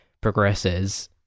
progresses